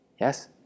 Yes